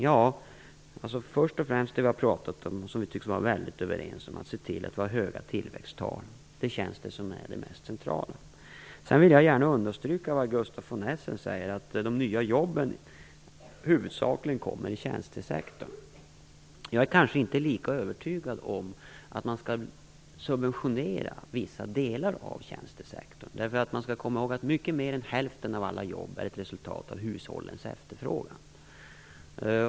Ja, först och främst det som vi har pratat om och som vi tycks vara helt överens om, att se till att vi har höga tillväxttal. Det känns som det mest centrala. Sedan vill jag gärna understryka det som Gustaf von Essen säger, att de nya jobben huvudsakligen kommer i tjänstesektorn. Men jag är kanske inte lika övertygad om att man skall subventionera vissa delar av tjänstesektorn, därför att man skall komma ihåg att mycket mer än hälften av alla jobb är ett resultat av hushållens efterfrågan.